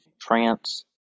trance